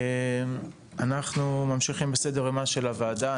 אנחנו ממשיכים בסדר יומה של הוועדה,